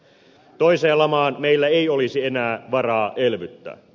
toiseen lamaan meillä ei olisi enää varaa elvyttää